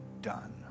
done